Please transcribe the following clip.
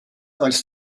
als